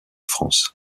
france